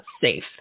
safe